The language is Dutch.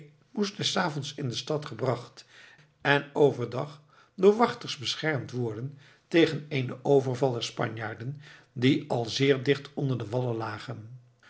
moest des avonds in de stad gebracht en overdag door wachters beschermd worden tegen eenen overval der spanjaarden die al zeer dicht onder de wallen lagen